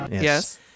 Yes